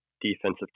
defensive